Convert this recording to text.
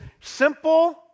simple